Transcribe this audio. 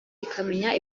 ikamenya